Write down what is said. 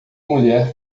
mulher